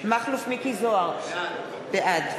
מכלוף מיקי זוהר, בעד